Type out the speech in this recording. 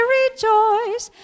rejoice